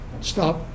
stop